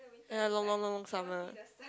ya long long long long summer